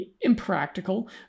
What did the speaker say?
impractical